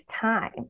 time